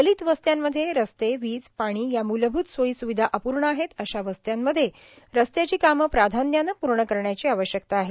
दलित वस्त्यांमध्ये रस्ते वीज पाणी या मूलमुत सोई सुविधा अपूर्ण आहेत अशा वस्त्यामध्ये रस्त्याची कामं प्राधान्यानं पूर्ण करण्याची आवश्यकता आहे